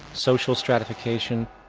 social stratification,